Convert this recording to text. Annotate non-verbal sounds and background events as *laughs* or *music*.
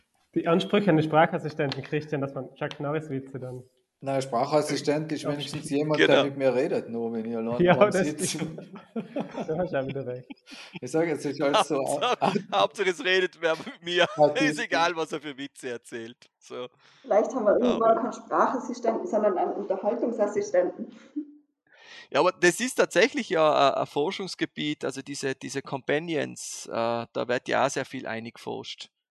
Die Ansprüche an den Sprachassistenten, Christian, dass man Chuck Norris-Witze dann- Nein, Sprachassistent ist Ja, wenigstens stimmt. jemand, Genau. der mit mir redet, nur wenn ich allein *laughs* Ja, am *laughs* das Sitz- ist- Da hast du auch wieder recht. *laughs* Ich sag jetzt, das ist alles so- *laughs* Hauptsache- Hauptsache, es redet wer mit mir. Ja, *laughs* Ist das- *laughs* egal, was er für Witze erzählt. So. Vielleicht haben wir irgendwann Aber- keinen Sprachassistenten, sondern einen Unterhaltungsassistenten. *laughs* Ja, aber das ist tatsächlich ja, äh, ein Forschungsgebiet, also diese- diese Companions, äh, da wird ja auch sehr viel eingeforscht.